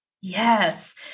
yes